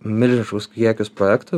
milžiniškus kiekius projektų